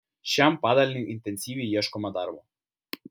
šiam padaliniui intensyviai ieškoma darbo